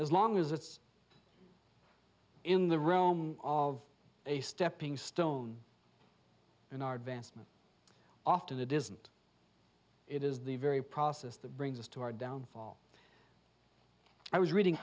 as long as it's in the realm of a stepping stone in our advancement off to the distant it is the very process that brings us to our downfall i was reading